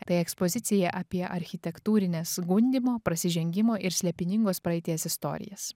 tai ekspozicija apie architektūrines gundymo prasižengimo ir slėpiningos praeities istorijas